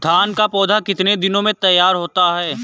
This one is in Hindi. धान का पौधा कितने दिनों में तैयार होता है?